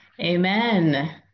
Amen